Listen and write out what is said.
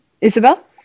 Isabel